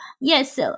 yes